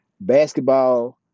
basketball